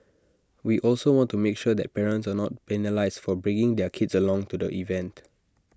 we also want to make sure that parents are not penalised for bringing their kids along to the event